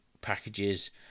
packages